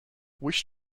wish